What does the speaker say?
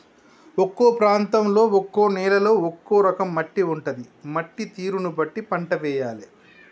ఒక్కో ప్రాంతంలో ఒక్కో నేలలో ఒక్కో రకం మట్టి ఉంటది, మట్టి తీరును బట్టి పంట వేయాలే